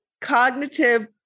cognitive